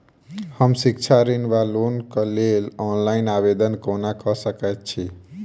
हम शिक्षा ऋण वा लोनक लेल ऑनलाइन आवेदन कोना कऽ सकैत छी?